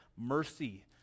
mercy